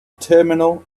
terminal